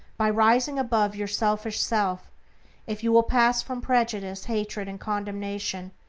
by rising above your selfish self if you will pass from prejudice, hatred, and condemnation,